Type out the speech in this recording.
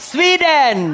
Sweden